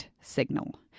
signal